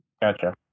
Gotcha